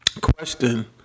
question